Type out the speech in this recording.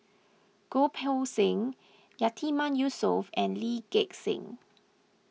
Goh Poh Seng Yatiman Yusof and Lee Gek Seng